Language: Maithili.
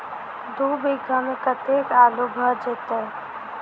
दु बीघा मे कतेक आलु भऽ जेतय?